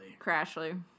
Crashly